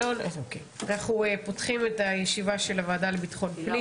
אנחנו פותחים את הישיבה של הוועדה לביטחון פנים.